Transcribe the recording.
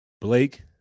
Blake